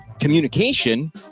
communication